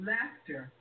Laughter